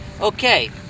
Okay